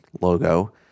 logo